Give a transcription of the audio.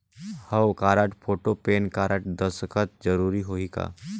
हव card, photo, PAN card, दस्खत जरूरी होही का?